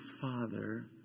father